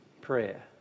prayer